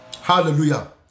Hallelujah